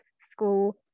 school